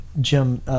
Jim